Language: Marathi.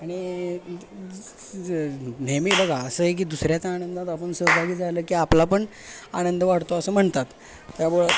आणि ज् नेहमी बघा असं आहे की दुसऱ्याच्या आनंदात आपण सहभागी झालं की आपला पण आनंद वाढतो असं म्हणतात त्यामुळं